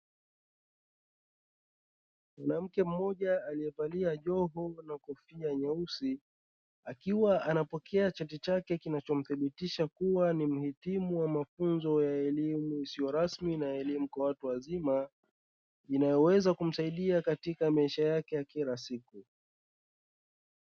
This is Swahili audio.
Mwanamke mmoja aliyevalia joho na kofia nyeusi akiwa anapokea cheti chake kinachomthibitisha kuwa ni mhitimu wa mafunzo ya elimu isiyo rasmi na elimu kwa watu wazima inayoweza kumsaidia katika maisha yake ya kila siku